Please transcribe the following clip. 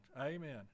Amen